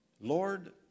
Lord